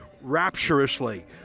rapturously